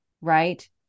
right